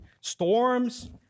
Storms